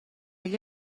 igl